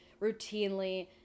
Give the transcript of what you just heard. routinely